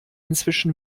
inzwischen